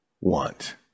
want